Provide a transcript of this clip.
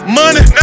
money